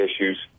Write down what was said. issues